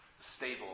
stable